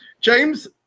James